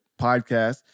podcast